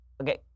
Okay